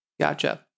Gotcha